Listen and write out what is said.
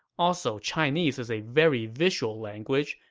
also, chinese is a very visual language,